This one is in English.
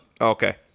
Okay